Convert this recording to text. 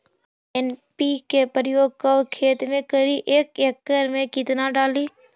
NPK प्रयोग कब खेत मे करि एक एकड़ मे कितना डाली?